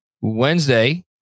Wednesday